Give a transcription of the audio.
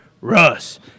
Russ